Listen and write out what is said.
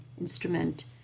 instrument